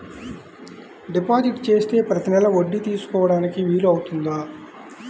Deposit చేస్తే ప్రతి నెల వడ్డీ తీసుకోవడానికి వీలు అవుతుందా?